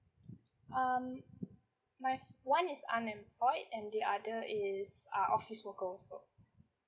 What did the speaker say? um my one is unemployed and the other is uh office worker also